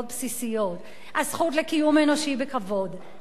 בסיסיות: הזכות לקיום אנושי בכבוד,